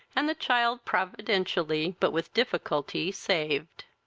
and the child providentially, but with difficulty, saved.